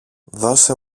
δώσε